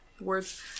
words